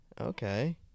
Okay